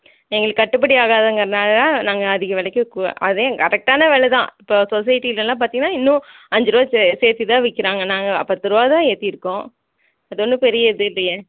எங்களுக்கு கட்டுபடி ஆகாதுங்கறதுனால் தான் நாங்கள் அதிக விலைக்கு அதேன் கரெக்ட்டான வில தான் இப்போ சொசைட்டிலலாம் பார்த்திங்கன்னா இன்னும் அஞ்சு ரூவா சேர்த்தே தான் விக்கிறாங்க நாங்கள் பத்து ரூவா தான் ஏற்றிருக்கோம் இது ஒன்றும் பெரிய இது இல்லையே